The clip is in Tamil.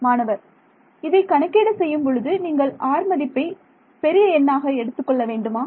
மாணவர் இதைக் கணக்கீடு செய்யும் பொழுது நீங்கள் 'r' மதிப்பை பெரிய எண்ணாக எடுத்துக்கொள்ள வேண்டுமா